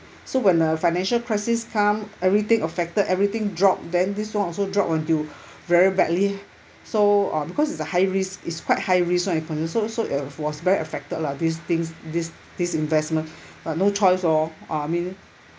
so when a financial crisis come everything affected everything drop then this [one] also drop until very badly so uh because it's a high risk it's quite high risk [one] so so it was very affected lah these things this this investment but no choice orh I mean